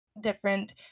different